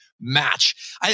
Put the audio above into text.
match